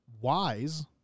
Wise